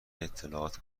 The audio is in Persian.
اطلاعات